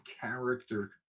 character